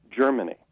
Germany